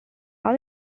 all